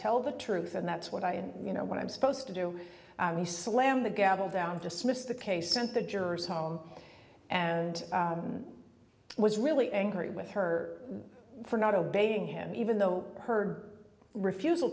tell the truth and that's what i and you know what i'm supposed to do he slammed the gavel down just missed the case sent the jurors home and was really angry with her for not obeying him even though her refusal